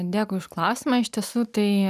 dėkui už klausimą iš tiesų tai